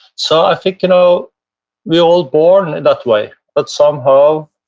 so i think you know we're all born in that way, but somehow,